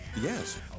Yes